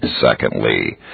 Secondly